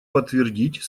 подтвердить